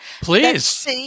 Please